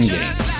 Games